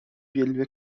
جلوه